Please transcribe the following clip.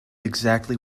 exactly